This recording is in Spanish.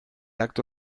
acto